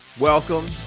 Welcome